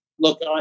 Look